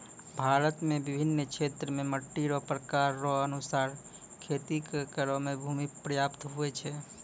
भारत मे बिभिन्न क्षेत्र मे मट्टी रो प्रकार रो अनुसार खेती करै रो भूमी प्रयाप्त हुवै छै